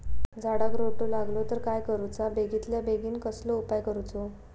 झाडाक रोटो लागलो तर काय करुचा बेगितल्या बेगीन कसलो उपाय करूचो?